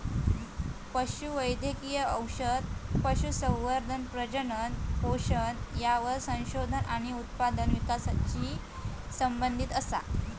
पशु वैद्यकिय औषध, पशुसंवर्धन, प्रजनन, पोषण यावर संशोधन आणि उत्पादन विकासाशी संबंधीत असा